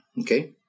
Okay